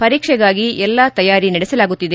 ಪರೀಕ್ಷೆಗಾಗಿ ಎಲ್ಲಾ ತಯಾರಿ ನಡೆಸಲಾಗುತ್ತಿದೆ